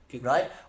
right